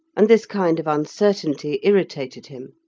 and this kind of uncertainty irritated him.